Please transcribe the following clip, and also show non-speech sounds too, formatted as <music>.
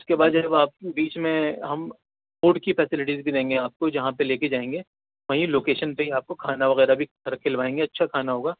اس کے بعد جو ہے آپ بیچ میں ہم فوڈ کی فیسیلیٹیز بھی دیں گے آپ کو جہاں پہ لے کے جائیں گے وہیں لوکیشن پہ ہی آپ کو کھانا وغیرہ بھی <unintelligible> کھلوائیں گے اچھا کھانا ہوگا